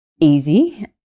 easy